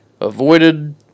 avoided